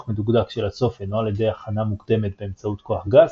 מדוקדק של הצופן או על ידי הכנה מוקדמת באמצעות כוח גס,